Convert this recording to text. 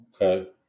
Okay